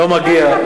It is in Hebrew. לא מגיע,